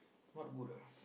not good ah